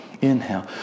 inhale